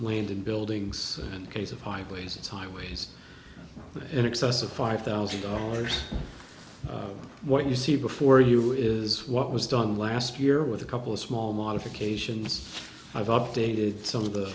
land and buildings and case of highways it's highways in excess of five thousand dollars what you see before you is what was done last year with a couple of small modifications i've updated some of the